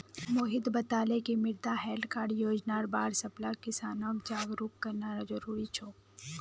मोहित बताले कि मृदा हैल्थ कार्ड योजनार बार सबला किसानक जागरूक करना जरूरी छोक